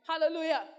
Hallelujah